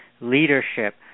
leadership